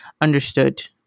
understood